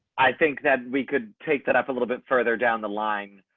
i think that we could take that up a little bit further down the line.